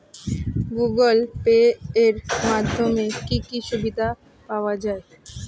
Google Pay এর মাধ্যমে কি কি সুবিধা পাওয়া যায়?